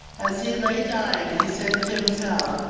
as he lay dying, he said to himself,